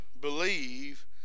believe